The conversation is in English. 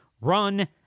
run